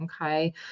Okay